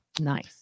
Nice